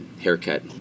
haircut